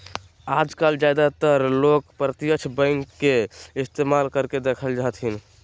आजकल ज्यादातर लोग प्रत्यक्ष बैंक के इस्तेमाल करते देखल जा हथिन